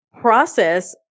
process